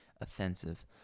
offensive